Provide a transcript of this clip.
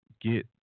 get